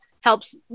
helps